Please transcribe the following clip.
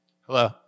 Hello